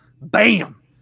Bam